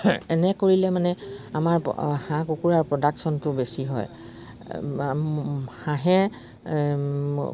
এনে কৰিলে মানে আমাৰ হাঁহ কুকুৰাৰ প্ৰডাকশচনটো বেছি হয় হাঁহে